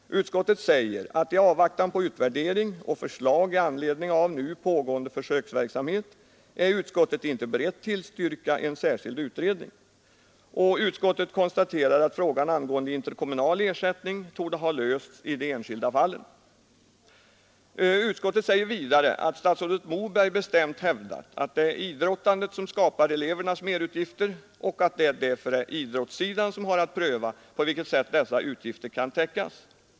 Utskottet säger att i avvaktan på utvärdering och förslag i anledning av nu pågående försöksverksamhet är utskottet inte berett att tillstyrka en särskild utredning. Utskottet konstaterar också att frågan om interkommunal ersättning torde ha lösts i de enskilda fallen. Vidare säger utskottet att statsrådet Moberg har bestämt hävdat, att det är idrottandet som skapar elevernas merutgifter och att det därför är idrottssidan som har att pröva på vilket sätt dessa utgifter kan täckas.